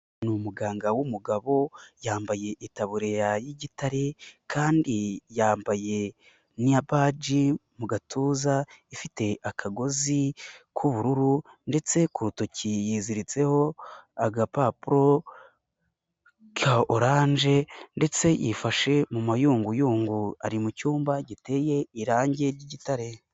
Ni umuganga w'umugabo yambaye itabure y'igitare kandi yambaye n'iya baji mu gatuza ifite akagozi k'ubururu ndetse ku rutoki yiziritseho agapapuro ka oranje ndetse yifashe mu mayunguyungu ari mu cyumba giteye irangi ry'igitare.